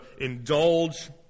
indulge